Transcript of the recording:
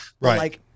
Right